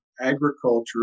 agriculture